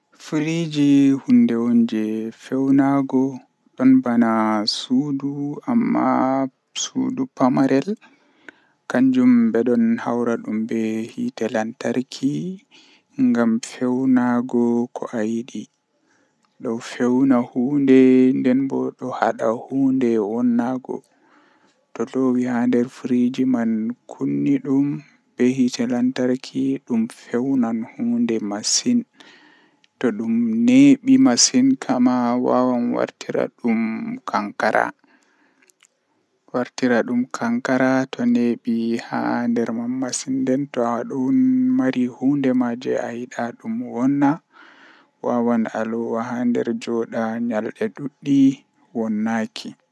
Demngal mi burdaa yiduki mi waawa kanjum woni arabre, mi yidi mi waawa arabre masin ngam bo kowadi tomi yahi lesde arab en do mi wolwa be arabre mi faama be be faama mi nden haa jangugo qur'anu bo tomi don janga mi anda ko mi jangata nden mi waawan fassurki.